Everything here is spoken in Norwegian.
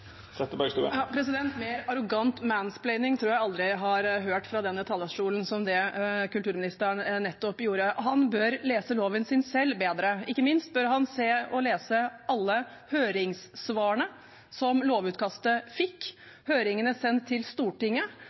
Mer arrogant «mansplaining» tror jeg aldri jeg har hørt fra denne talerstolen, enn det kulturministeren nettopp kom med. Han bør selv lese loven bedre. Ikke minst bør han se og lese alle høringssvarene til lovutkastet, som er sendt til Stortinget,